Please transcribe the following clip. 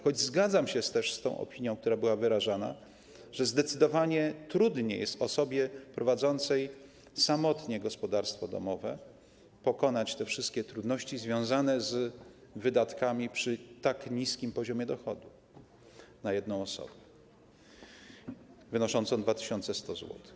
Choć zgadzam się też z opinią, która była wyrażana, że zdecydowanie trudniej jest osobie prowadzącej samotnie gospodarstwo domowe pokonać wszystkie trudności związane z wydatkami przy tak niskim poziomie dochodów na jedną osobę wynoszącym 2100 zł.